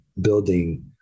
building